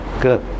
good